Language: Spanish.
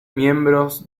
miembros